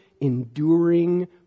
enduring